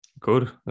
Good